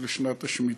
המחיר הסיטונאי,